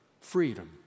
freedom